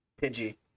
Pidgey